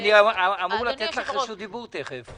אני אמור לתת לך את רשות הדיבור תכף.